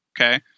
Okay